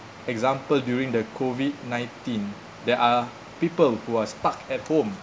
example during the COVID nineteen there are people who are stuck at home